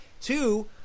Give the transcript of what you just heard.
two